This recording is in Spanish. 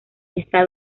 está